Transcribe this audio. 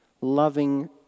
loving